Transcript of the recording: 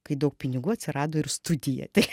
kai daug pinigų atsirado ir studija tai